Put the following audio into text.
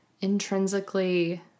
intrinsically